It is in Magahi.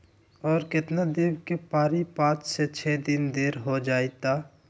और केतना देब के परी पाँच से छे दिन देर हो जाई त?